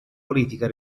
politica